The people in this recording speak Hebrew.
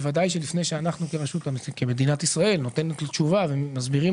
בוודאי שאנחנו כמדינת ישראל נותנת לו תשובה ומסבירים